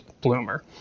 bloomer